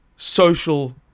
Social